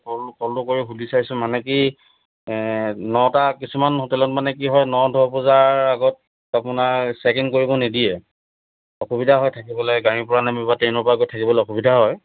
কল কলটো কৰি সুুধি চাইছোঁ মানে কি নটা কিছুমান হোটেলত মানে কি হয় ন দহ বজাৰ আগত আপোনাৰ চেক ইন কৰিব নিদিয়ে অসুবিধা হয় থাকিবলে গাড়ীৰ পৰা নামি বা ট্ৰেইনৰ পৰা আকৌ থাকিবলৈ অসুবিধা হয়